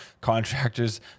contractors